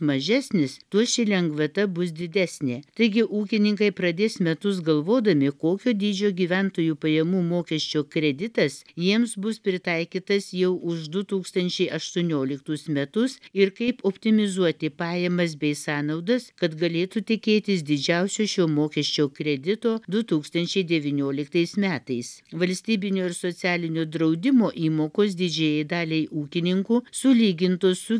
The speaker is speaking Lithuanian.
mažesnis tou ši lengvata bus didesnė taigi ūkininkai pradės metus galvodami kokio dydžio gyventojų pajamų mokesčio kreditas jiems bus pritaikytas jau už du tūkstančiai aštuonioliktus metus ir kaip optimizuoti pajamas bei sąnaudas kad galėtų tikėtis didžiausio šio mokesčio kredito du tūkstančiai devynioliktais metais valstybinio ir socialinio draudimo įmokos didžiajai daliai ūkininkų sulygintų su